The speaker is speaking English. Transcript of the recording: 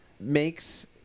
makes